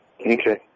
Okay